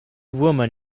women